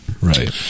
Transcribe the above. right